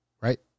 Right